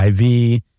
IV